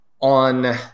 on